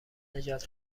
نژاد